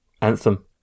Anthem